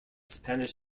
spanish